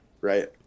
right